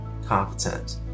competent